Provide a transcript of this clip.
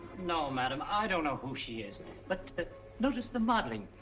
no madam, i don't know who she is but notice the modeling.